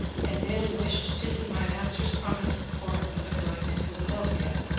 and daily wished to see my master's promise performed of going to philadelphia.